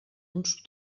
uns